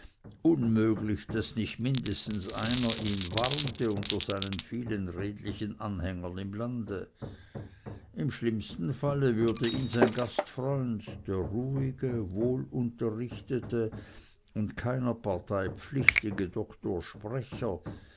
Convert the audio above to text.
unmöglich daß nicht mindestens einer ihn warnte unter seinen vielen redlichen anhängern im lande im schlimmsten falle würde ihn sein gastfreund der ruhige wohlunterrichtete und keiner partei pflichtige doktor sprecher